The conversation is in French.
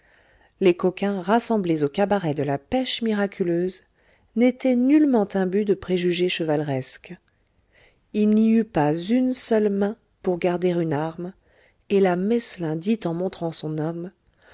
les coquins rassemblés au cabaret de la pêche miraculeuse n'étaient nullement imbus de préjugés chevaleresques il n'y eût pas une seule main pour garder une arme et la meslin dit en montrant son homme